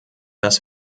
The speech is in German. dass